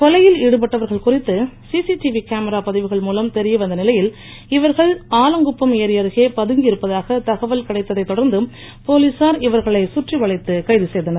கொலையில் ஈடுபட்டவர்கள் குறித்து சிசிடிவி கேமரா பதிவுகள் மூலம் தெரியவந்த நிலையில் இவர்கள் ஆலங்குப்பம் ஏரி அருகே பதுங்கி இருப்பதாக தகவல் கிடைத்ததை தொடர்ந்து போலீசார் இவர்களை சுற்றி வலைத்து கைது செய்தனர்